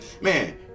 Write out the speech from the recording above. Man